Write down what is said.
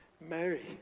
Mary